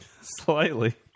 Slightly